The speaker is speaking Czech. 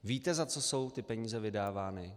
Víte, za co jsou ty peníze vydávány?